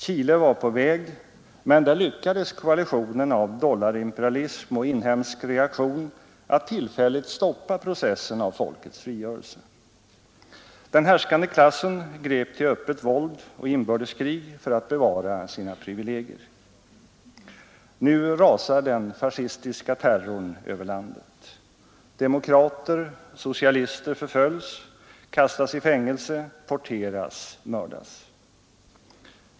Chile var på väg, men där lyckades koalitionen av dollarimperialismen och inhemsk reaktion att tillfälligt stoppa processen av folkets frigörelse. Den härskande klassen grep till öppet våld och inbördeskrig för att bevara sina privilegier. Nu rasar den fascistiska terrorn över landet. Demokrater, socialister, förföljs, kastas i fängelse, torteras, mördas.